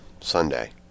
Sunday